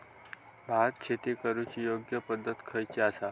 भात शेती करुची योग्य पद्धत कशी आसा?